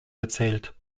gezählt